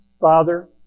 Father